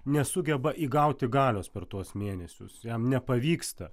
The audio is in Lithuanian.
nesugeba įgauti galios per tuos mėnesius jam nepavyksta